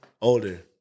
Older